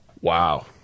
wow